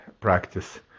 practice